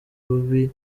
rubi